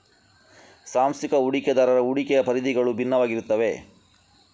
ಸಾಂಸ್ಥಿಕ ಹೂಡಿಕೆದಾರರ ಹೂಡಿಕೆಯ ಪರಿಧಿಗಳು ಭಿನ್ನವಾಗಿರುತ್ತವೆ